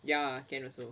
ya can also